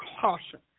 caution